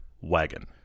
wagon